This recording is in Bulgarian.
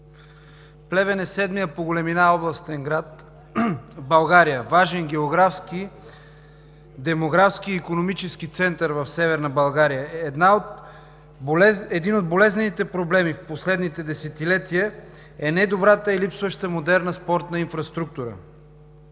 Плевен е седмият по големина областен град в България – важен географски, демографски и икономически център в Северна България. Един от болезнените проблеми в последните десетилетия е недобрата и липсваща модерна и спортна инфраструктура.